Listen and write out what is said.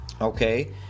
Okay